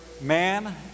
man